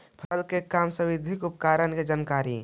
फसल के काम संबंधित उपकरण के जानकारी?